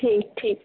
ठीक ठीक